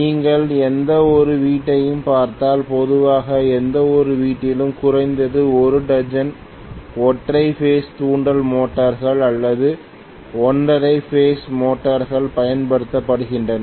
நீங்கள் எந்தவொரு வீட்டையும் பார்த்தால் பொதுவாக எந்தவொரு வீட்டிலும் குறைந்தது ஒரு டஜன் ஒற்றை பேஸ் தூண்டல் மோட்டார்கள் அல்லது ஒற்றை பேஸ் மோட்டார்கள் பயன்படுத்தப்படுகின்றன